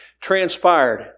transpired